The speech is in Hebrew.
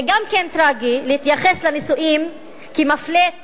זה גם טרגי להתייחס לנישואים כמפלט